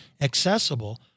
accessible